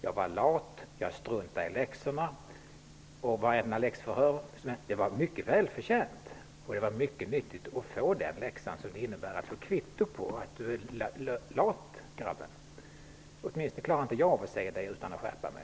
Jag var lat, och jag struntade i läxorna inför vartenda läxförhör. Det var mycket välförtjänt, och det var mycket nyttigt att få den läxa som det innebär att få kvitto på: Du är lat, grabben. Åtminstone klarade inte jag av att se det utan att skärpa mig.